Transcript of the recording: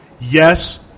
yes